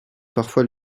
parfois